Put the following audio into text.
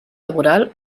laboral